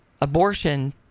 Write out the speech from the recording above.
abortion